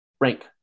Rank